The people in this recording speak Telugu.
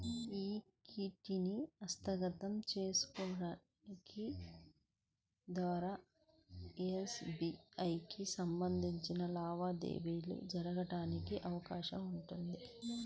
ఈక్విటీని హస్తగతం చేసుకోవడం ద్వారా ఎఫ్డీఐకి సంబంధించిన లావాదేవీ జరగడానికి అవకాశం ఉంటుంది